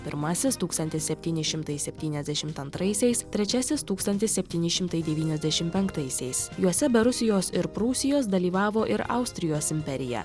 pirmasis tūkstantis septyni šimtai septyniasdešimt antraisiais trečiasis tūkstantis septyni šimtai devyniasdešim penktaisiais juose be rusijos ir prūsijos dalyvavo ir austrijos imperija